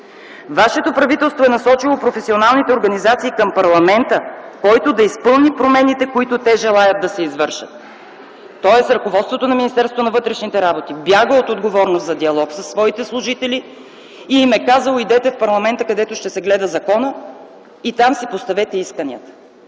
Вашето правителство е насочило професионалните организации към парламента, който да изпълни промените, които те желаят да се извършат.” Тоест ръководството на Министерството на вътрешните работи бяга от отговорност за диалог със своите служители и им е казало „идете в парламента, където ще се гледа законът и там си поставете исканията”.